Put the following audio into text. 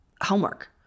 homework